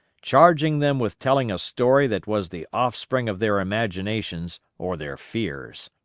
charging them with telling a story that was the offspring of their imaginations or their fears.